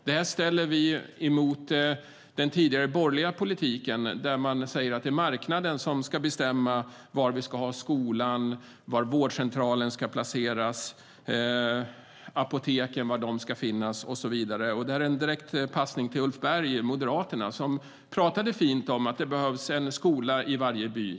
Det ställer vi emot den tidigare borgerliga politiken där det sägs att det är marknaden som ska bestämma var vi ska ha skolan, var vårdcentralen ska placeras, var apoteken ska finnas och så vidare. Det är en direkt passning till Ulf Berg, Moderaterna, som talade fint om att det behövs en skola i varje by.